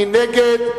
מי נגד?